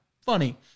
funny